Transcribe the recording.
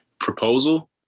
Proposal